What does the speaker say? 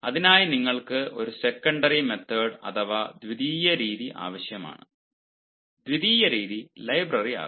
അതിനായി നിങ്ങൾക്ക് ഒരു സെക്കൻഡറി മെത്തേഡ് അഥവാ ദ്വിതീയ രീതി ആവശ്യമാണ് ദ്വിതീയ രീതി ലൈബ്രറിയാകാം